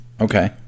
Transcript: Okay